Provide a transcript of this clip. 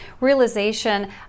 realization